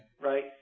Right